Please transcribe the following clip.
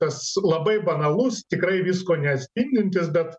tas labai banalus tikrai visko neatspindintis bet